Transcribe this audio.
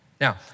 Now